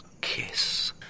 kiss